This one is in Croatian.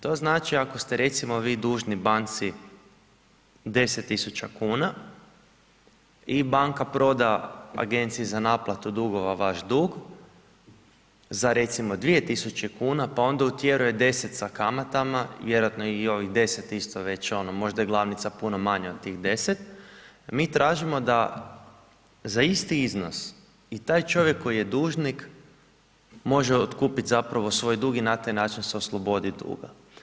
To znači ako ste recimo vi dužni banci 10 tisuća kuna i banka proda agenciji za naplatu dugova vaš dug za recimo 2000. kuna pa onda utjeruje 10 sa kamatama, vjerojatno i ovih 10 isto već, možda je glavnica puno manja od tih 10, mi tražimo da za isti iznos i taj čovjek koji je dužnik može otkupiti zapravo svoj dug i na taj način se osloboditi duga.